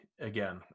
again